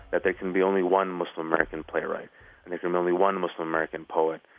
that there can be only one muslim-american playwright like and only one muslim-american poet,